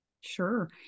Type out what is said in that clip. Sure